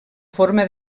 forma